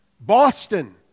Boston